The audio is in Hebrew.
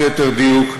ה"חמאס" ליתר דיוק,